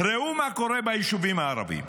ראו מה קורה ביישובים הערביים,